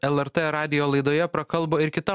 lrt radijo laidoje prakalbo ir kita